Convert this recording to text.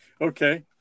Okay